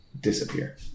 disappear